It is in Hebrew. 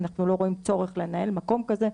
אנחנו לא רואים צורך לנהל מקום כזה,